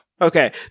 Okay